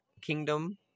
kingdom